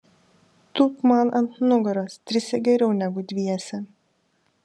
tūpk man ant nugaros trise geriau negu dviese